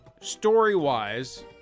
Story-wise